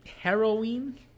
Heroin